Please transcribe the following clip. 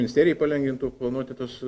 ministerijai palengvintų planuoti tuos